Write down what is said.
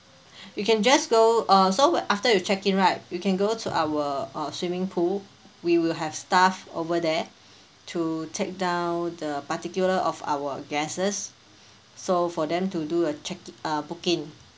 you can just go uh so after you check in right you can go to our uh swimming pool we will have staff over there to take down the particular of our guests so for them to do a check uh booking